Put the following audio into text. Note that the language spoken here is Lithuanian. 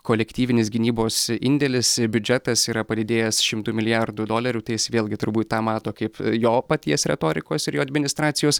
kolektyvinis gynybos indėlis biudžetas yra padidėjęs šimtu milijardų dolerių tai jis vėlgi turbūt tą mato kaip jo paties retorikos ir jo administracijos